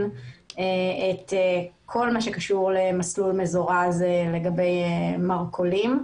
את כל מה שקשור למסלול מזורז לגבי מרכולים.